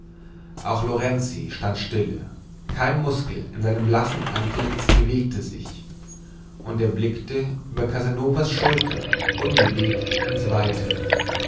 auch lorenzi stand stille kein muskel in seinem blassen antlitz bewegte sich und er blickte über casanovas schulter unbewegt ins weite